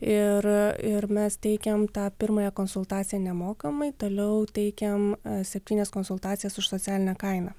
ir ir mes teikiam tą pirmąją konsultaciją nemokamai toliau teikiam septynias konsultacijas už socialinę kainą